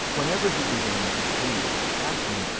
whenever he began to plead his passion,